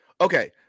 Okay